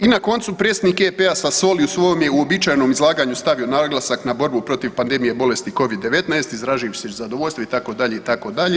I na koncu predsjednik EP-a Sassoli u svom je uobičajenom izlaganju stavio naglasak na borbu protiv pandemije bolesti covid 19 izrazivši zadovoljstvo itd. itd.